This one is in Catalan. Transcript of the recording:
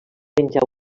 menjar